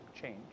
change